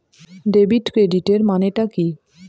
Debit ক্রেডিটের মানে টা কি?